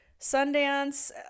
sundance